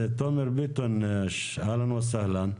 תומר ביטון, אהלן וסהלן.